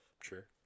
Sure